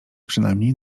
przynajmniej